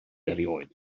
erioed